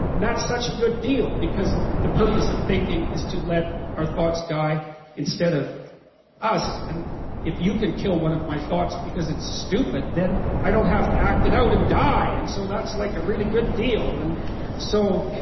and that's such a good deal because the purpose of thinking is to let our thoughts die instead of us, and if you can kill one of my thoughts because it's stupid, then i don't have to act it out and die and so that's like a really good deal so,